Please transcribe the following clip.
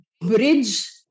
bridge